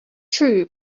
true